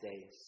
days